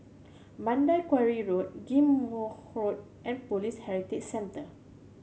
Mandai Quarry Road Ghim Moh Road and Police Heritage Centre